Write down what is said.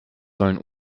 sollen